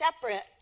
separate